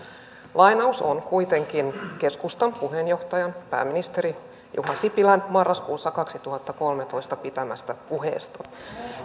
lainaus on kuitenkin keskustan puheenjohtajan pääministeri juha sipilän marraskuussa kaksituhattakolmetoista pitämästä puheesta